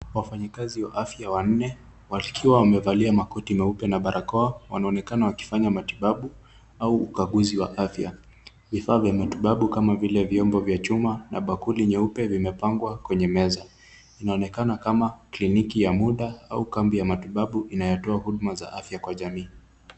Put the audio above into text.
Wafanya Kasi wa afya wanne wakiwa wamevalia makoti meupe na barakoa wanaonekana wakifanya matibabu au ukakusi wa afya, vifaa vya matibabu kama vila vyombo vya chuma na bakuli nyeupe zimepangwa kwenye meza inaonekana kama kliniki ya muda au kambi ya matibabu inayotoa huduma za afya Kwa jamii.